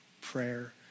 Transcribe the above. prayer